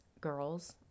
girls